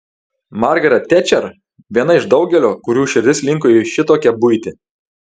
margaret tečer viena iš daugelio kurių širdis linko į šitokią buitį